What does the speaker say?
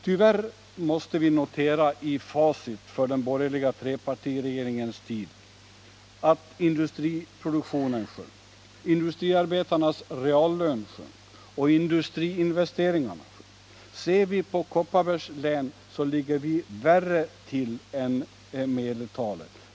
Tyvärr måste vi notera i facit för den borgerliga trepartiregeringens tid att industriproduktionen sjönk, industriarbetarnas reallön sjönk och industriinvesteringarna sjönk. Ser man på Kopparbergs län så ligger vi värre till än medeltalet.